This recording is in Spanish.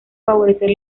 favorecer